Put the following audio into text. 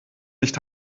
nicht